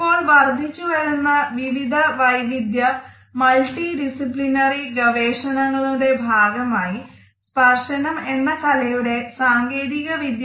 ഇപ്പോൾ വർധിച്ച് വരുന്ന വിവിധ വൈവിദ്യ